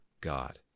God